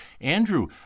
Andrew